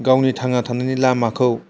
गावनि थांना थानायनि लामाखौ